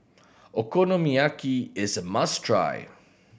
okonomiyaki is a must try